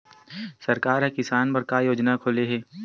सरकार ह किसान बर का योजना खोले हे?